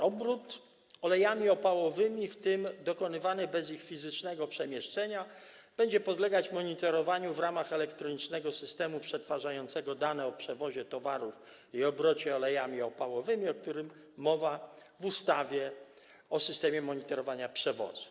Obrót olejami opałowymi, w tym dokonywany bez ich fizycznego przemieszczenia, będzie podlegać monitorowaniu w ramach elektronicznego systemu przetwarzającego dane o przewozie towarów i obrocie olejami opałowymi, o którym mowa w ustawie o systemie monitorowania przewozu.